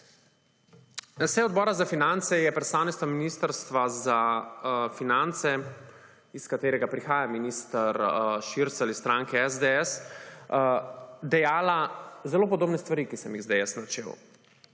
Na sejo Odbora za finance je predstavnica Ministrstva za finance, iz katerega prihaja minister Šircelj, iz stranke SDS, dejala zelo podobne stvari, ki sem jih zdaj jaz načel.